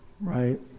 right